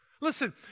Listen